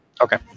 Okay